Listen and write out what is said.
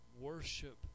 worship